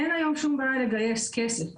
אין היום שום בעיה לגייס כסף.